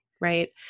right